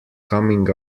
coming